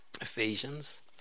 Ephesians